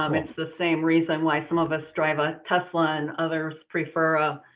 um it's the same reason why some of us drive a tesla and others prefer ah